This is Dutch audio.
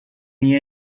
niet